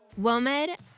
WOMED